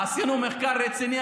עשינו מחקר רציני,